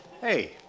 Hey